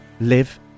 live